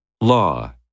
law